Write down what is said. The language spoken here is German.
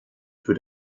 für